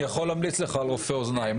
אני יכול להמליץ לך על רופא אוזניים.